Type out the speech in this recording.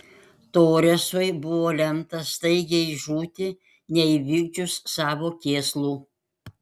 toresui buvo lemta staigiai žūti neįvykdžius savo kėslų